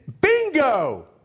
Bingo